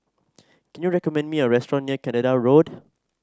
can you recommend me a restaurant near Canada Road